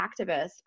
activists